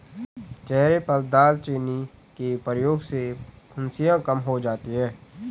चेहरे पर दालचीनी के प्रयोग से फुंसियाँ कम हो जाती हैं